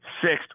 Sixth